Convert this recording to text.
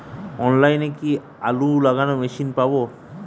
অনলাইনে কি আলু লাগানো মেশিন পাব?